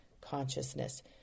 consciousness